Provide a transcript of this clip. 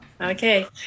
Okay